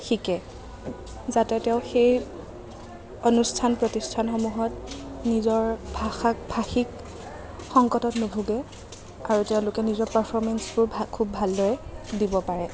শিকে যাতে তেওঁ সেই অনুষ্ঠান প্ৰতিষ্ঠানসমূহত নিজৰ ভাষাক ভাষিক সংকটত নোভোগে আৰু তেওঁলোকে নিজৰ পাৰ্ফৰমেন্সবোৰ খুব খুব ভালদৰে দিব পাৰে